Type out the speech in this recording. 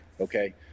okay